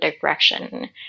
direction